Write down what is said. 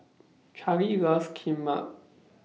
Charley loves Kimbap